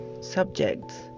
subjects